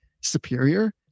superior